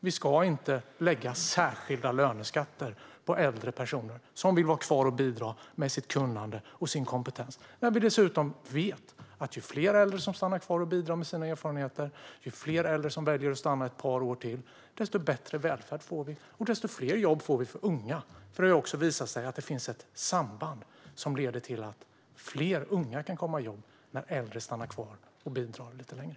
Vi ska inte lägga särskilda löneskatter på äldre personer som vill vara kvar och bidra med sitt kunnande och sin kompetens." Vi vet dessutom att ju fler äldre som stannar kvar och bidrar med sina erfarenheter, ju fler äldre som väljer att stanna ett par år till, desto bättre välfärd får vi - och desto fler jobb för unga får vi, för det har visat sig att det finns ett samband: Fler unga kan komma i arbete när äldre stannar kvar och bidrar lite längre.